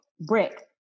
brick